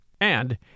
and